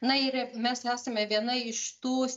na ir mes esame viena iš tų